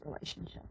relationship